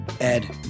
Ed